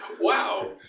Wow